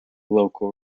local